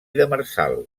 demersal